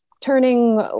turning